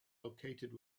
located